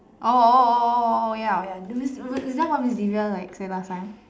oh oh oh oh oh oh ya is that what miss Divya like say last time